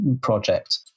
project